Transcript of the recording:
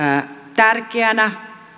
tärkeänä